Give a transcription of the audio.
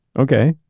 okay.